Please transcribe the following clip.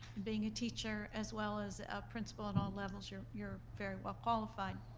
being a teacher, as well as a principal at all levels, you're you're very well-qualified.